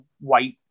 white